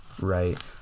right